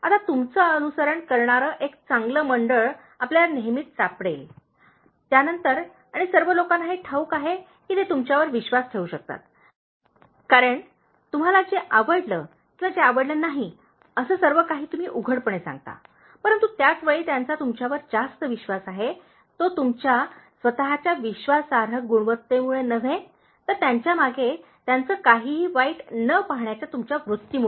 आता तुमचे अनुसरण करणारे एक चांगले मंडळ आपल्याला नेहमीच सापडेल त्यानंतर आणि सर्व लोकांना हे ठाऊक आहे की ते तुमच्यावर विश्वास ठेवू शकतात कारण तुम्हाला जे आवडले किंवा जे आवडले नाही असे सर्वकाही तुम्ही उघडपणे सांगता परंतु त्याच वेळी त्यांचा तुमच्यावर जास्त विश्वास आहे तो तुमच्या स्वतःच्या विश्वासार्ह गुणवत्तेमुळे नव्हे तर त्यांच्या मागे त्यांचे काहीही वाईट न पाहण्याच्या तुमच्या वृत्तीमुळे